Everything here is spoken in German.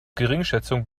geringschätzung